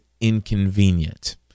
inconvenient